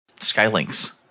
Skylinks